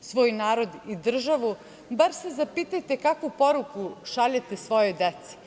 svoj narod i državu, bar se zapitajte kakvu poruku šaljete svojoj deci.